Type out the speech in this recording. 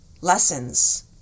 lessons